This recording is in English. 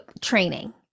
training